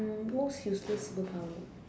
um most useless superpower